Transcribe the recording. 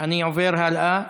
אני עובר הלאה,